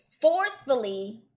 forcefully